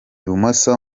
bumoso